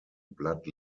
blood